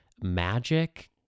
magic